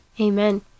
Amen